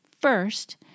First